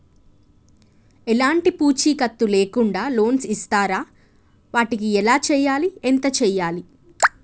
ఎలాంటి పూచీకత్తు లేకుండా లోన్స్ ఇస్తారా వాటికి ఎలా చేయాలి ఎంత చేయాలి?